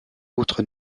autres